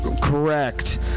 Correct